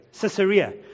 Caesarea